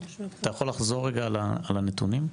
אתה יכול לחזור רגע על הנתונים?